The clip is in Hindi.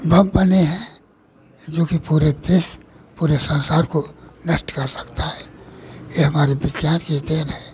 बम बने हैं जोकि पूरे देश पूरे संसार को नष्ट कर सकता है यह हमारे विज्ञान की देन है